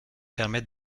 permet